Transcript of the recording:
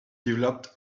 developed